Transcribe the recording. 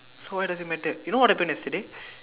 so why does it matter you know what happen yesterday